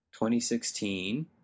2016